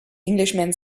englishman